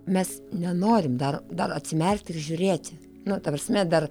mes nenorim dar dar atsimerkti ir žiūrėti nu ta prasme dar